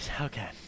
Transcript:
okay